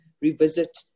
revisit